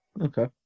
Okay